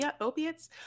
Opiates